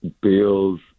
Bill's